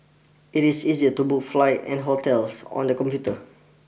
it is easy to book flights and hotels on the computer